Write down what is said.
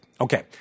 Okay